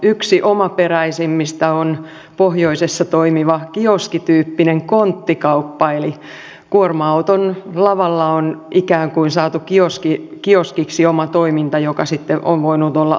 yksi omaperäisimmistä on pohjoisessa toimiva kioskityyppinen konttikauppa eli kuorma auton lavalla on ikään kuin saatu kioskiksi oma toiminta joka sitten on voinut olla avoinna aiemmin